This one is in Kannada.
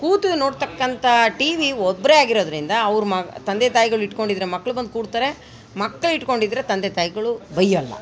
ಕೂತು ನೋಡ್ತಕ್ಕಂಥ ಟಿ ವಿ ಒಬ್ರೇ ಆಗಿರೋದ್ರಿಂದ ಅವ್ರ ಮ ತಂದೆ ತಾಯಿಗಳು ಇಟ್ಕೊಂಡಿದ್ರೆ ಮಕ್ಳು ಬಂದು ಕೂಡ್ತಾರೆ ಮಕ್ಳು ಇಟ್ಕೊಂಡಿದ್ರೆ ತಂದೆ ತಾಯಿಗಳು ಬೈಯೊಲ್ಲ